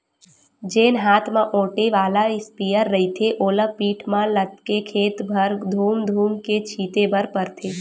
जेन हात म ओटे वाला इस्पेयर रहिथे ओला पीठ म लादके खेत भर धूम धूम के छिते बर परथे